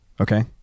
Okay